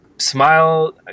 smile